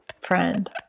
friend